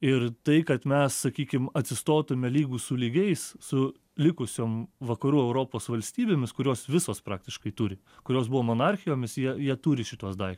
ir tai kad mes sakykim atsistotume lygūs su lygiais su likusiom vakarų europos valstybėmis kurios visos praktiškai turi kurios buvo monarchijomis jie jie turi šituos dai